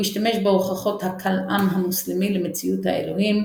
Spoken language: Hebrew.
הוא השתמש בהוכחות הכלאם המוסלמי למציאות האלוהים,